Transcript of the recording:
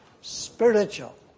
spiritual